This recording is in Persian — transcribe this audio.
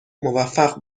موفق